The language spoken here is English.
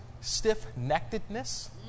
stiff-neckedness